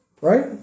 right